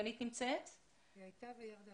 היא הייתה וירדה.